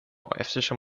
eftersom